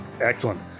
excellent